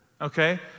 Okay